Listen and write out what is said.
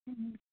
ம்